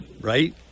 Right